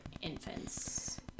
infants